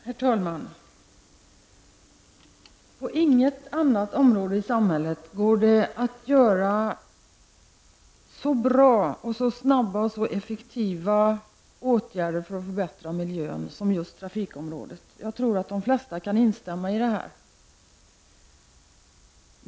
Herr talman! På inget annat område i samhället går det att vidta så bra, så snabba och så effektiva åtgärder för att förbättra miljön som just på trafikområdet. Jag tror att de flesta kan instämma i det.